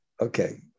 Okay